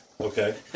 Okay